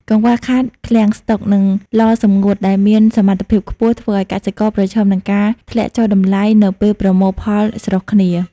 កង្វះខាតឃ្លាំងស្ដុក និងឡសម្ងួតដែលមានសមត្ថភាពខ្ពស់ ធ្វើឱ្យកសិករប្រឈមនឹងការធ្លាក់ចុះតម្លៃនៅពេលប្រមូលផលស្រុះគ្នា។